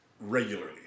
regularly